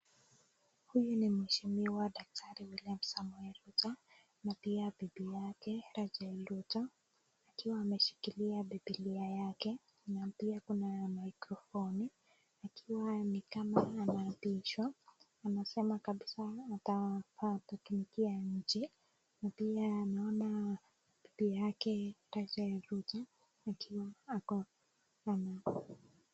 Huyu ni mheshimiwa daktari William Samoei Ruto na pia bibi yake Rachael Ruto akiwa ameshikilia Bibilia yake na pia kuna mikrofoni ikiwa ni kama anaapishwa anasoma kabisa vile anafaa kutumikia nchi na pia naona bibi yake Rachael Ruto akiwa ako.